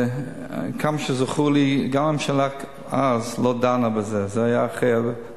עד כמה שזכור לי גם הממשלה אז לא דנה בזה --- אבל --- נכון,